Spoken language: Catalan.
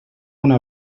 una